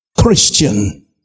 Christian